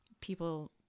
people